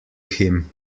him